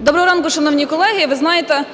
Доброго ранку, шановні колеги. Ви знаєте,